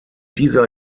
dieser